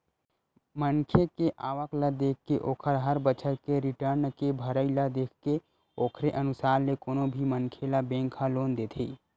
मनखे के आवक ल देखके ओखर हर बछर के रिर्टन के भरई ल देखके ओखरे अनुसार ले कोनो भी मनखे ल बेंक ह लोन देथे